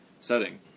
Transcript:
setting